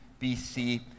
BC